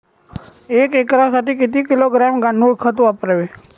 एक एकरसाठी किती किलोग्रॅम गांडूळ खत वापरावे?